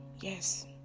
Yes